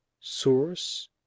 source